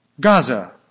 Gaza